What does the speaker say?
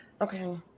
okay